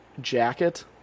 jacket